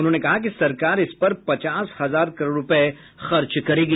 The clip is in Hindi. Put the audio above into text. उन्होंने कहा कि सरकार इस पर पचास हजार करोड़ रुपये खर्च करेगी